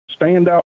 standout